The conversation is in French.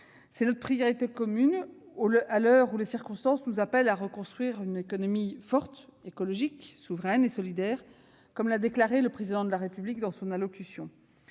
est notre priorité commune, à l'heure où les circonstances nous appellent à reconstruire une économie forte, écologique, souveraine et solidaire, comme l'a déclaré le Président de la République dans sa dernière allocution.